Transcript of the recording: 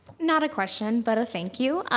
not a question but a thank you.